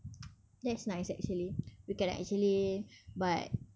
that's nice actually we can actually but